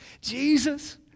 Jesus